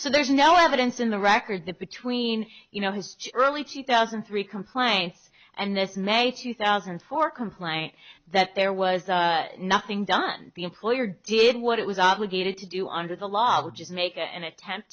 so there's no evidence in the record that between you know his early two thousand and three complaints and this may two thousand and four complaint that there was nothing done the employer did what it was obligated to do under the law just make an attempt